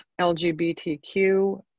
LGBTQ